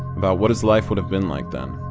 about what his life would have been like then.